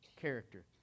character